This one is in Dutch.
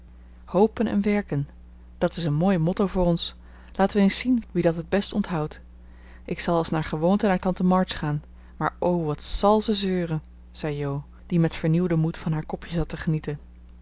hopen en werken dat is een mooi motto voor ons laten w eens zien wie dat het best onthoudt ik zal als naar gewoonte naar tante march gaan maar o wat zàl ze zeuren zei jo die met vernieuwden moed van haar kopje zat te genieten